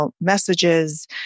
messages